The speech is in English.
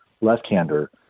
left-hander